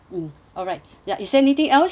ya is there anything else I could